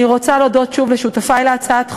אני רוצה להודות שוב לשותפי להצעת החוק.